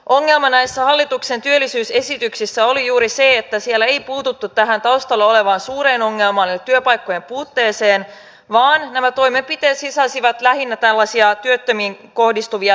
ongelma näissä hallituksen työllisyysesityksissä on juuri se että niissä ei puututa tähän taustalla olevaan suureen ongelmaan eli työpaikkojen puutteeseen vaan nämä toimenpiteet sisältävät lähinnä työttömiin kohdistuvia lisäkiristyksiä ja tiukennuksia